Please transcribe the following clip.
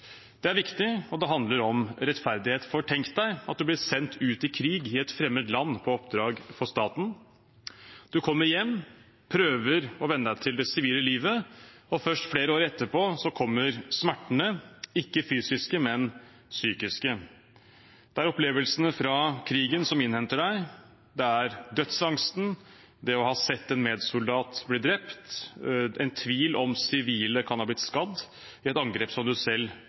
Det er viktig, og det handler om rettferdighet. Tenk deg at du blir sendt ut i krig i et fremmed land på oppdrag for staten. Du kommer hjem, prøver å venne deg til det sivile livet, og først flere år etterpå kommer smertene – ikke fysiske, men psykiske. Det er opplevelsene fra krigen som innhenter deg, det er dødsangsten, det å ha sett en medsoldat bli drept, en tvil om hvorvidt sivile kan ha blitt skadd i et angrep som du selv